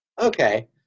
Okay